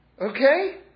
Okay